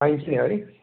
पाइन्छ नि है